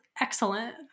excellent